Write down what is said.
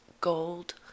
gold